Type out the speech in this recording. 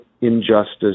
injustice